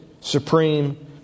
supreme